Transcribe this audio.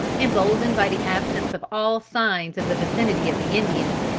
emboldened by the absence of all signs of the vicinity of the indians,